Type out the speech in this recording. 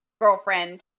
girlfriend